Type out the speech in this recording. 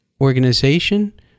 organization